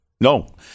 no